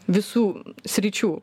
visų sričių